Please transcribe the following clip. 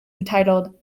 entitled